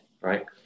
right